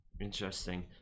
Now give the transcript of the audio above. Interesting